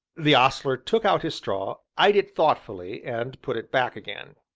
the ostler took out his straw, eyed it thoughtfully, and put it back again.